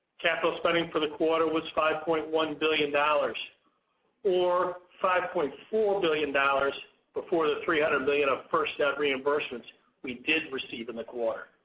capital spending for the quarter was five point one billion dollars or five point four billion dollars before the three hundred million dollars of firstnet reimbursements we did receive in the quarter.